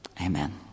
Amen